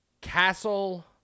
Castle